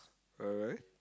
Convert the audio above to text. alright